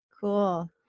Cool